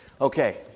Okay